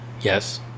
Yes